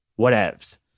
Whatevs